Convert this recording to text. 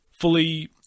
fully